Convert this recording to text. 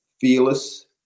fearless